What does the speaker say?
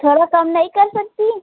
थोड़ा कम नहीं कर सकतीं